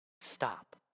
Stop